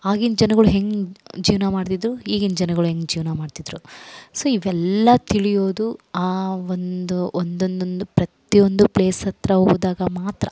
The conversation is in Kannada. ಆಗಿನ ಜನಗಳು ಹೆಂಗೆ ಜೀವನ ಮಾಡ್ತಿದ್ರು ಈಗಿನ ಜನಗಳು ಹೆಂಗೆ ಜೀವನ ಮಾಡ್ತಿದ್ರು ಸೊ ಇವೆಲ್ಲ ತಿಳಿಯೋದು ಆ ಒಂದು ಒಂದೊಂದೊಂದು ಪ್ರತಿಯೊಂದು ಪ್ಲೇಸ್ ಹತ್ತಿರ ಹೋದಾಗ ಮಾತ್ರ